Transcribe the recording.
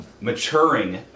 maturing